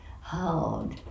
hard